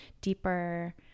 deeper